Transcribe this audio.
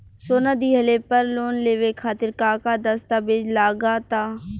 सोना दिहले पर लोन लेवे खातिर का का दस्तावेज लागा ता?